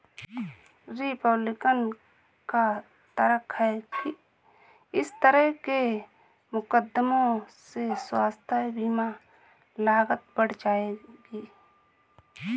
Republican का तर्क है कि इस तरह के मुकदमों से स्वास्थ्य बीमा लागत बढ़ जाएगी